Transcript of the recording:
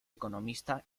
economista